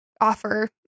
offer